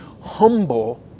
humble